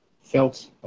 felt